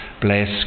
bless